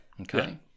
Okay